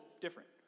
different